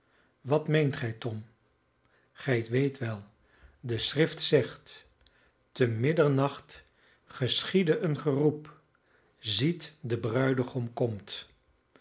wat meent gij tom gij weet wel de schrift zegt te middernacht geschiedde een geroep ziet de bruidegom komt